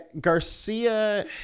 Garcia